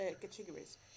categories